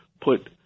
put